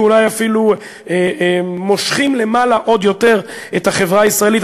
ואולי אפילו מושכים למעלה עוד יותר את החברה הישראלית.